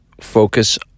Focus